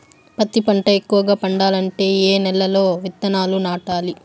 పత్తి పంట ఎక్కువగా పండాలంటే ఏ నెల లో విత్తనాలు నాటాలి?